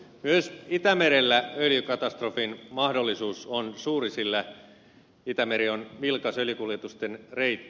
myös itämerellä öljykatastrofin mahdollisuus on suuri sillä itämeri on vilkas öljykuljetusten reitti